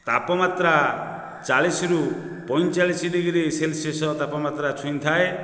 ତାପମାତ୍ରା ଚାଳିଶ ରୁ ପଇଁଚାଳିଶ ଡିଗ୍ରୀ ସେଲ୍ସିୟସ୍ ତାପମାତ୍ରା ଛୁଇଁଥାଏ